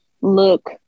look